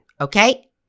Okay